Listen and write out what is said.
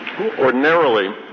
Ordinarily